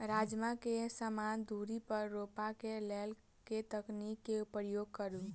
राजमा केँ समान दूरी पर रोपा केँ लेल केँ तकनीक केँ प्रयोग करू?